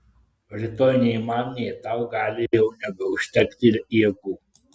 rytoj nei man nei tau gali jau nebeužtekti jėgų